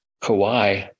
Kauai